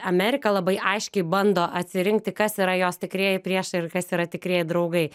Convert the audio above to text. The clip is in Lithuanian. amerika labai aiškiai bando atsirinkti kas yra jos tikrieji priešai ir kas yra tikrieji draugai